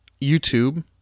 YouTube